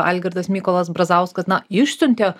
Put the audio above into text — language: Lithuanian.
algirdas mykolas brazauskas na išsiuntė